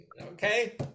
Okay